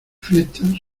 fiestas